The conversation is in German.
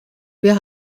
wir